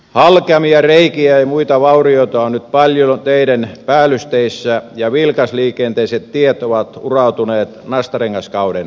halkeamia reikiä ja muita vaurioita on nyt paljon teiden päällysteissä ja vilkasliikenteiset tiet ovat urautuneet nastarengaskauden aikana